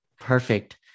perfect